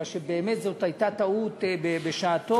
מכיוון שזאת באמת הייתה טעות בשעתו,